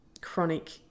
chronic